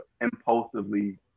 impulsively